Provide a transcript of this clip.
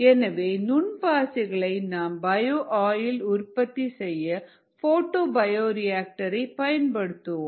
எனவே நுண் பாசிகளை நாம் பயோ ஆயில் உற்பத்தி செய்ய போட்டோ பயோரியாக்டர் ரை பயன்படுத்துவோம்